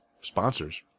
sponsors